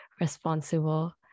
responsible